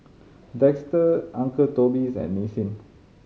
Dester Uncle Toby's and Nissin